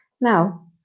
Now